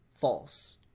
false